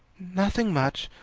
nothing much.